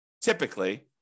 typically